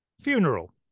funeral